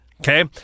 Okay